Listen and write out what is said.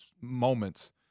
moments